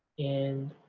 in,